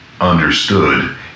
understood